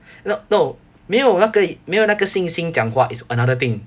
no no 没有那个没有那个信心讲话 is another thing